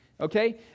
okay